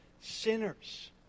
sinners